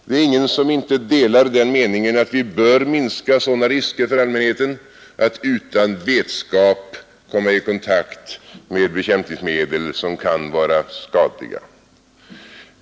Det är ingen som inte delar den meningen att vi bör minska sådana risker för allmänheten att utan vetskap komma i kontakt med bekämpningsmedel som kan vara skadliga.